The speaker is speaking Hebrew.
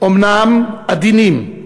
אומנם עדינים,